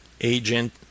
agent